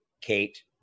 Kate